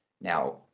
Now